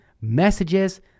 Messages